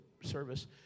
service